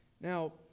Now